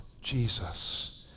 Jesus